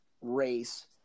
race